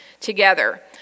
together